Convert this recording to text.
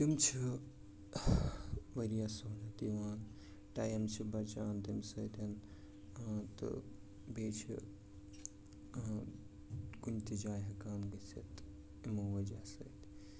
تِم چھِ واریاہ سہوٗلیت یِوان ٹایم چھِ بَچان تَمہِ سۭتٮ۪ن آ تہٕ بیٚیہِ چھِ آ کُنہِ تہِ جایہِ ہٮ۪کان گٔژھِتھ یِمو وَجہ سۭتۍ